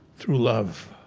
through love,